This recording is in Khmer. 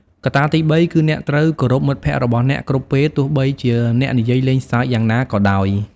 កត្តាទីបីគឺអ្នកត្រូវគោរពមិត្តភក្តិរបស់អ្នកគ្រប់ពេលទោះបីជាអ្នកនិយាយលេងសើចយ៉ាងណាក៏ដោយ។